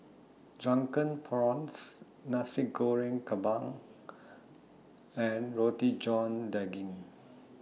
Drunken Prawns Nasi Goreng Kampung and Roti John Daging